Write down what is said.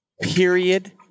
Period